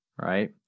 right